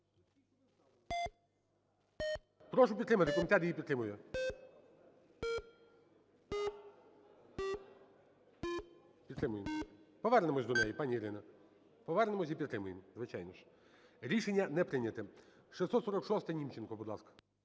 Прошу підтримати, комітет її підтримує, підтримує. Повернемось до неї, пані Ірина, повернемось і підтримуємо, звичайно ж. 17:18:44 За-56 Рішення не прийнято. 646-а, Німченко. Будь ласка.